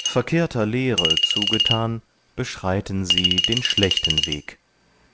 verkehrter lehre zugetan beschreiten sie den schlechten weg